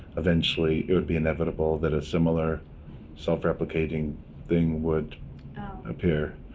eventually it would be inevitable that a similar self-replicating thing would appear?